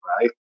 right